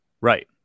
right